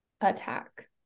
attack